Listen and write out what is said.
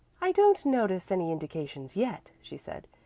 i don't notice any indications yet, she said.